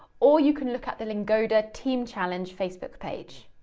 or you can look at the lingoda team challenge facebook page.